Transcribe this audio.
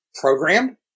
programmed